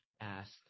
asked